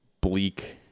bleak